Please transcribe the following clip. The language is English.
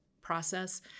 process